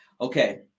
Okay